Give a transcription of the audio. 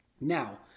Now